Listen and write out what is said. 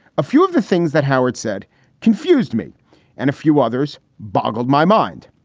a few of the things that howard said confused me and a few others boggles my mind.